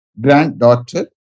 granddaughter